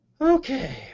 okay